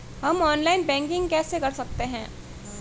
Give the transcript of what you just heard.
हम online banking कैसे कर सकते हैं?